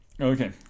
Okay